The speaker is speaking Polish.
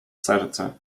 serce